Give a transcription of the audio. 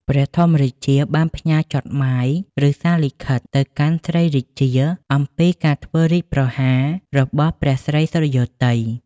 ព្រះធម្មរាជា បានផ្ញើចុតហ្មាយ ឬ សារលិខិត ទៅកាន់ស្រីរាជា អំពីការធ្វើរាជប្រហាររបស់ព្រះស្រីសុរិយោទ័យ។